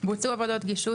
בוצעו עבודות גישוש,